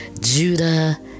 Judah